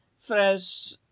fresh